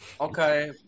Okay